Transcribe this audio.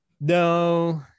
No